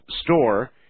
store